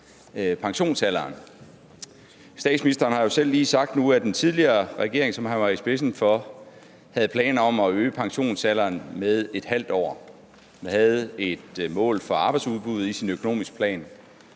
pensionsalderen. Statsministeren har jo selv lige sagt, at den tidligere regering, som han var i spidsen for, havde planer om at øge pensionsalderen med ½ år, han havde et mål for arbejdsudbuddet i sin økonomiske plan.